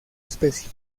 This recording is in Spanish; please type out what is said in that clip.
especie